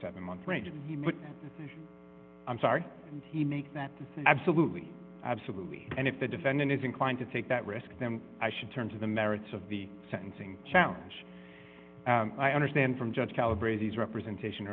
seven month range i'm sorry and he make that absolutely absolutely and if the defendant is inclined to take that risk then i should turn to the merits of the sentencing challenge i understand from judge calibrate these representation